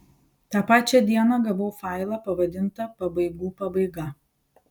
tą pačią dieną gavau failą pavadintą pabaigų pabaiga